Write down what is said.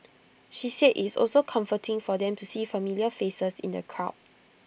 she said it's also comforting for them to see familiar faces in the crowd